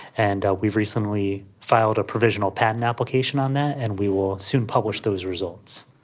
and we've recently filed a provisional patent application on that and we will soon publish those results.